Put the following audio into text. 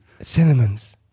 Cinnamons